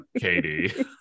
Katie